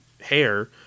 hair